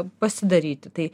pasidaryti tai